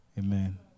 Amen